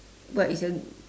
but it's a